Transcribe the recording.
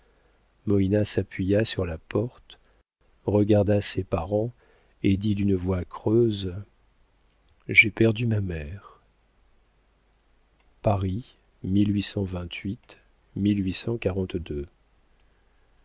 moïna s'appuya sur la porte regarda ses parents et dit d'une voix creuse j'ai perdu ma mère paris